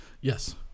Yes